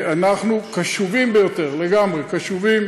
אנחנו קשובים ביותר, לגמרי, קשובים